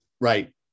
Right